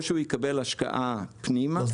או שהוא יקבל השקעה פנימה --- אז